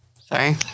Sorry